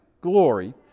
glory